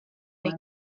make